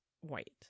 white